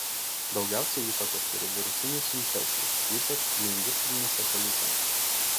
daugiausiai įtakos turi virusinės infekcijos ypač neindustrinėse šalyse